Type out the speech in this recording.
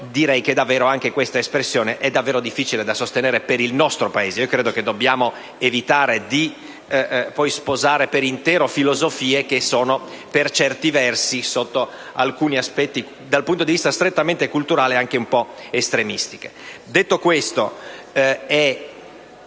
direi che anche questa espressione è difficile da sostenere per il nostro Paese. Credo che dobbiamo evitare di sposare per intero filosofie che sono, per certi versi e da un punto di vista strettamente culturale, un po' estremistiche. Detto questo, è